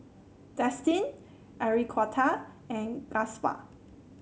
Destin Enriqueta and Gustaf